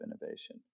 innovation